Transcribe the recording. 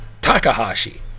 Takahashi